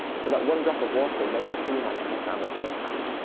and so that one drop of water may not seem like it has that much impact.